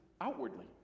outwardly